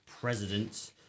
president